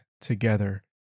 together